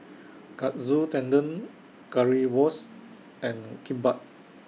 Katsu Tendon Currywurst and Kimbap